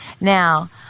Now